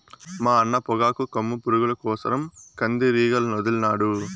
మా అన్న పొగాకు కొమ్ము పురుగుల కోసరం కందిరీగలనొదిలినాడు